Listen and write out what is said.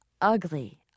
ugly